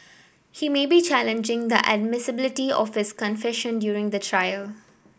he may be challenging the admissibility of his confession during the trial